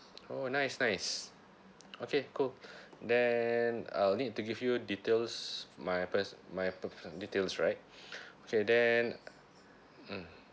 oh nice nice okay cool then I'll need to give you details my per~ my personal details right okay then mm